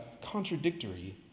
contradictory